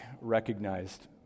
recognized